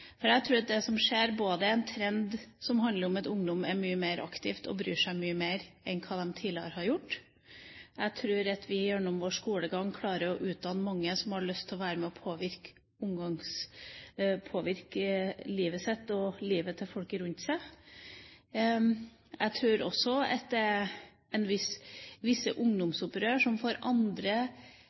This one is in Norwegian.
For jeg tror at det som skjer, er en trend som handler om at ungdom er mye mer aktive og bryr seg mye mer enn hva de tidligere har gjort, og jeg tror at vi gjennom vårt skolesystem klarer å utdanne mange som har lyst til å være med og påvirke livet sitt og livet til folk rundt seg. Jeg tror også at det er visse ungdomsopprør som får andre